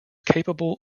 capable